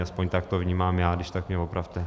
Aspoň tak to vnímám já, když tak mě opravte.